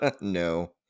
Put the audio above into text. No